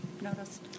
noticed